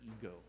ego